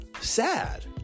sad